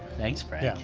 thanks frank. yeah